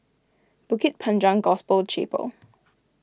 Bukit Panjang Gospel Chapel